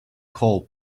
call